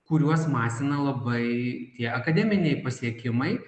kuriuos masina labai tie akademiniai pasiekimai